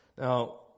Now